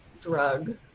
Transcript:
drug